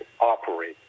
operate